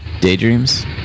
Daydreams